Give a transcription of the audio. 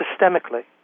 systemically